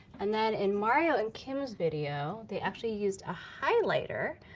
and then in mario and kim's video, they actually used a highlighter,